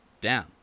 down